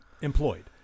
employed